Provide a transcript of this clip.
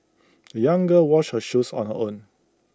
the young girl washed her shoes on her own